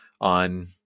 on